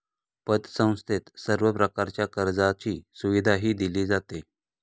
पतसंस्थेत सर्व प्रकारच्या कर्जाची सुविधाही दिली जाते